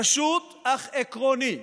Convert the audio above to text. פשוט אך עקרוני: